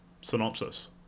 synopsis